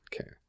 okay